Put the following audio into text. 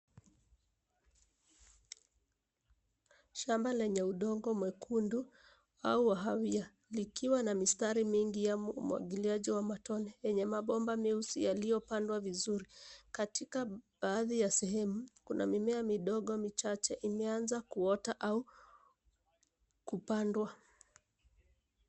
Shamba lenye udongo mwekundu au wahawia likiwa na mistari mingi ya umwagiliaji wa matone yenye mabomba meusi yaliyopangwa vizuri. Katika baadhi ya sehemu kuna mimea midogo michache imeanza kuota au kupandwa.